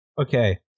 Okay